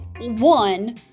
one